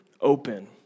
open